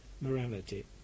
morality